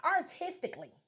artistically